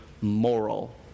moral